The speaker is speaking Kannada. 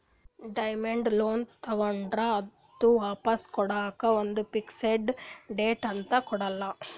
ಡಿಮ್ಯಾಂಡ್ ಲೋನ್ ತಗೋಂಡ್ರ್ ಅದು ವಾಪಾಸ್ ಕೊಡ್ಲಕ್ಕ್ ಒಂದ್ ಫಿಕ್ಸ್ ಡೇಟ್ ಅಂತ್ ಕೊಡಲ್ಲ